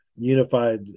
unified